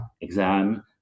exam